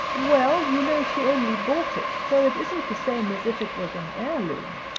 well, you know she only bought it, so it isn't the same as if it was an heirloom,